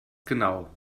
genau